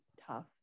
tough